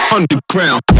Underground